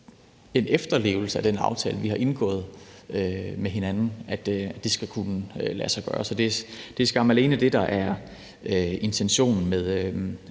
en efterlevelse af den aftale, vi har indgået med hinanden, at det skal kunne lade sig gøre. Så det er skam alene det, der er intentionen med